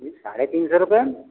साढ़े तीन सौ रूपये में